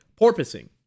porpoising